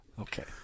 Okay